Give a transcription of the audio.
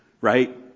right